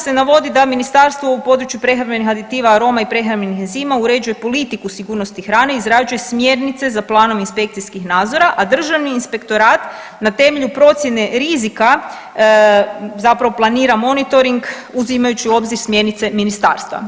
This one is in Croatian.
se navodi da ministarstvo u području prehrambenih aditiva, aroma i prehrambenih enzima uređuje politiku sigurnosti hrane i izrađuje smjernice za planove inspekcijskih nadzora, a državni inspektorat na temelju procjene rizika zapravo planira monitoring uzimajući u obzir smjernice ministarstva.